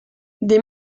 des